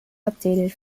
updated